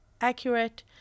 accurate